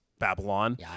babylon